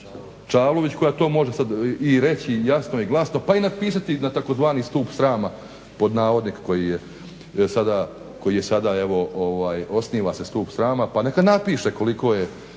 Čavlović koja to može sad reći jasno i glasno pa i napisati na tzv. stup srama pod navodnike koji je sada osniva se stup srama pa nema napiše koliko su